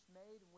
made